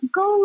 go